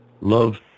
Love